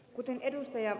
kuten ed